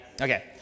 Okay